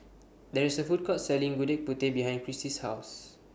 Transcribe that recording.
There IS A Food Court Selling Gudeg Putih behind Crissy's House